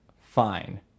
fine